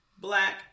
Black